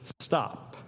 stop